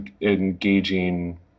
engaging